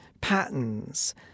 patterns